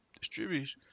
distributes